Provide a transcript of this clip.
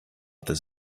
about